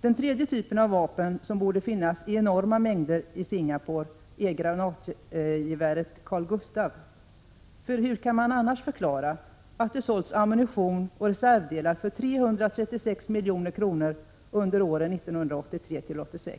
Den tredje typen av vapen som borde finnas i enorma mängder i Singapore är granatgeväret Carl-Gustaf. Hur kan man annars förklara att det sålts ammunition och reservdelar för 336 milj.kr. under åren 1983-1986?